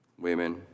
women